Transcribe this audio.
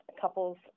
couple's